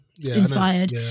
inspired